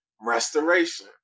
restoration